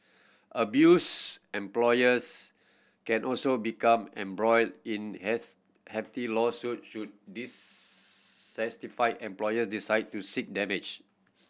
abuse employers can also become embroiled in hefty lawsuit should dissatisfied employer decide to seek damage